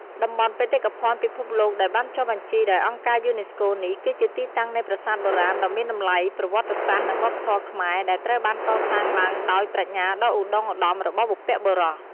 តំបន់បេតិកភណ្ឌពិភពលោកដែលបានចុះបញ្ជីដោយអង្គការយូណេស្កូនេះ គឺជាទីតាំងនៃប្រាសាទបុរាណដ៏មានតម្លៃប្រវត្តិសាស្ត្រ និងវប្បធម៌ខ្មែរ ដែលត្រូវបានកសាងឡើងដោយប្រាជ្ញាដ៏ឧត្ដុង្គឧត្ដមរបស់បុព្វបុរស។